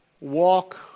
walk